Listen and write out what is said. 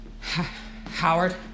Howard